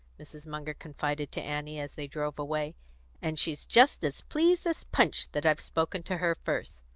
mrs. munger confided to annie as they drove away and she's just as pleased as punch that i've spoken to her first.